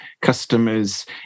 customers